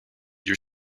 your